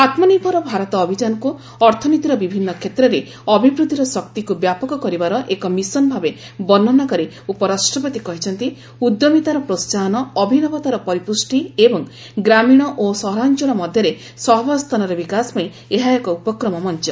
ଆତ୍ମନିର୍ଭର ଭାରତ ଅଭିଯାନକୁ ଅର୍ଥନୀତିର ବିଭିନ୍ନ କ୍ଷେତ୍ରରେ ଅଭିବୃଦ୍ଧିର ଶକ୍ତିକୁ ବ୍ୟାପକ କରିବାର ଏକ ମିଶନ ଭାବେ ବର୍ଣ୍ଣନା କରି ଉପରାଷ୍ଟ୍ରପତି କହିଛନ୍ତି ଉଦ୍ୟମିତାର ପ୍ରୋସାହନ ଅଭିନବତାର ପରିପୁଷ୍ଟି ଏବଂ ଗ୍ରାମୀଣ ଓ ସହରାଞ୍ଚଳ ମଧ୍ୟରେ ସହାବସ୍ଥାନର ବିକାଶ ପାଇଁ ଏହା ଏକ ଉପକ୍ରମ ମଞ୍ଚ